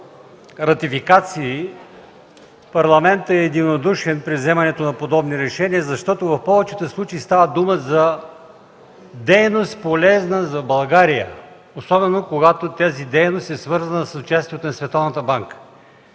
за ратификации, Парламентът е единодушен при вземането на подобни решения, защото в повечето случаи става дума за дейност, полезна за България, особено, когато е свързана с участието на